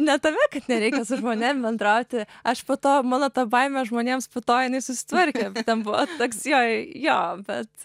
ne tame kad nereikia su žmonėm bendrauti aš po to mano ta baimė žmonėms po to jinai susitvarkė ten buvo toks jo jo bet